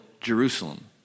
Jerusalem